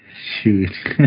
Shoot